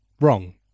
wrong